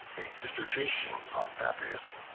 a dissertation on babrias,